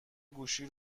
گوشی